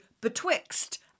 BETWIXT